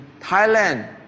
Thailand